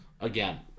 again